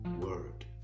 word